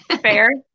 Fair